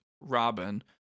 Robin